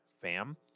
fam